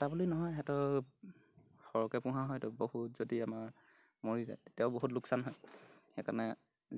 এটা বুলি নহয় সিহঁতক সৰহকৈ পোহা হয়তো বহুত যদি আমাৰ মৰি যায় তেতিয়াও বহুত লোকচান হয় সেইকাৰণে